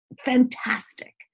fantastic